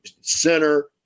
center